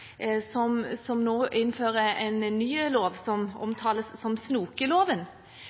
som nå innfører en ny lov som omtales som snokeloven.